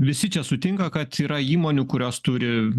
visi čia sutinka kad yra įmonių kurios turi